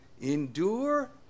endure